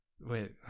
wait